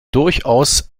durchaus